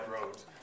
roads